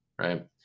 right